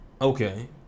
Okay